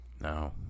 no